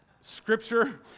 scripture